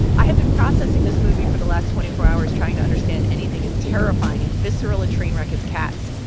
i had been processing this movie for the last twenty four hours, trying to understand anything as terrifying and visceral a train wreck as cats.